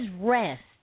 rest